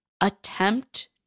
attempt